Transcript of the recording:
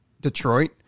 Detroit